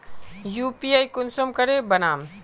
UPI कुंसम करे बनाम?